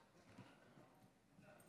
תודה, אדוני היושב-ראש והיושב-ראש החלופי.